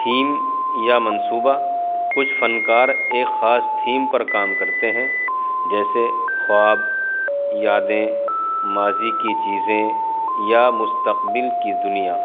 theme یا منصوبہ کچھ فنکار ایک خاص تھیم پر کام کرتے ہیں جیسے خواب یادیں ماضی کی چیزیں یا مستقبل کی دنیا